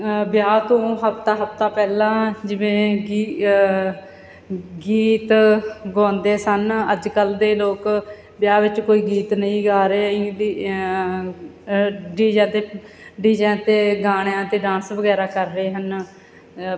ਅ ਵਿਆਹ ਤੋਂ ਹਫ਼ਤਾ ਹਫ਼ਤਾ ਪਹਿਲਾਂ ਜਿਵੇਂ ਕਿ ਗੀਤ ਗਾਉਂਦੇ ਸਨ ਅੱਜ ਕੱਲ੍ਹ ਦੇ ਲੋਕ ਵਿਆਹ ਵਿੱਚ ਕੋਈ ਗੀਤ ਨਹੀਂ ਗਾ ਰਹੇ ਅ ਡੀਜਿਆਂ 'ਤੇ ਡੀਜਿਆਂ 'ਤੇ ਗਾਣਿਆਂ 'ਤੇ ਡਾਂਸ ਵਗੈਰਾ ਕਰ ਰਹੇ ਹਨ